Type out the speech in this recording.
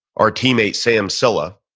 our teammate, sam cila,